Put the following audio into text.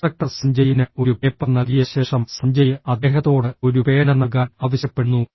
instructor സഞ്ജയിന് ഒരു paper നൽകിയ ശേഷം സഞ്ജയ് അദ്ദേഹത്തോട് ഒരു പേന നൽകാൻ ആവശ്യപ്പെടുന്നു